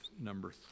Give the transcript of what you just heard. number